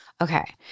Okay